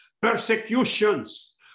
persecutions